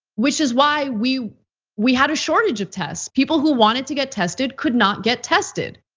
which is why we we had a shortage of tests. people who wanted to get tested could not get tested.